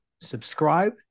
subscribe